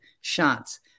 shots